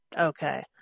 Okay